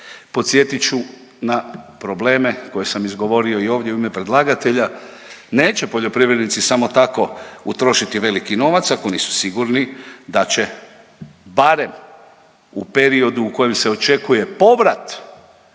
Podsjetit ću na problem koje sam izgovorio i ovdje u ime predlagatelja, neće poljoprivrednici samo tako utrošiti veliki novac ako nisu sigurni da će barem u periodu u kojem se očekuje povrat